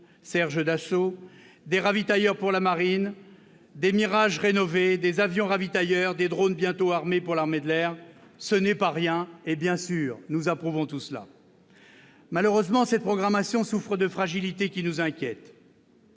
Serge Dassault -, des Mirage rénovés, des avions ravitailleurs et des drones bientôt armés pour l'armée de l'air : ce n'est pas rien et, bien sûr, nous approuvons tout cela. Malheureusement, cette programmation souffre de fragilités qui nous inquiètent.